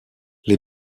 les